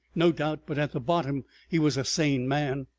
no doubt, but at bottom he was a sane man.